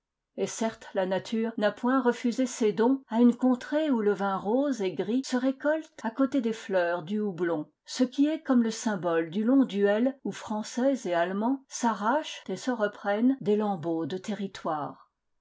et certes la nature n'a point refusé ses dons à une contrée où le vin rose et gris se récolte à côté des fleurs du houblon ce qui est comme le symbole du long duel où français et allemands s'arrachent et se reprennent des lambeaux de territoire